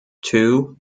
two